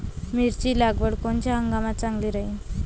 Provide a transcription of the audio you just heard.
मिरची लागवड कोनच्या हंगामात चांगली राहीन?